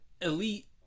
elite